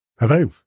Hello